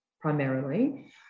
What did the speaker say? primarily